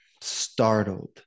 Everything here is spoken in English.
startled